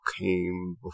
came